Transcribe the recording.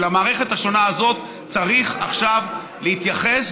למערכת השונה הזאת צריך עכשיו להתייחס,